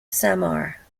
samar